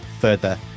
further